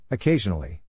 Occasionally